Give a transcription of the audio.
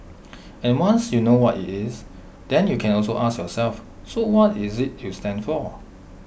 and once you know what IT is then you can also ask yourself so what is IT you stand for